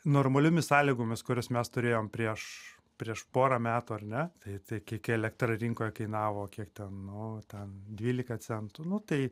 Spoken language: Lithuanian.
normaliomis sąlygomis kurias mes turėjom prieš prieš porą metų ar ne tai tai kiek elektra rinkoje kainavo kiek ten nu ten dvylika centų nu tai